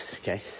okay